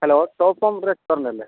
hello top form restaurant അല്ലേ